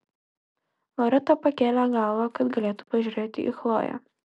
loreta pakėlė galvą kad galėtų pažiūrėti į chloję